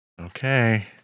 Okay